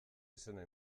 izena